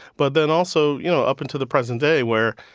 but then also, you know, up until the present day where,